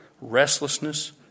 restlessness